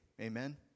Amen